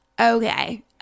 okay